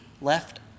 left